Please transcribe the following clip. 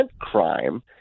crime